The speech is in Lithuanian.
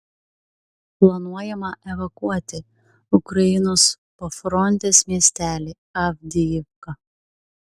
planuojama evakuoti ukrainos pafrontės miestelį avdijivką